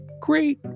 great